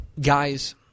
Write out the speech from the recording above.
guys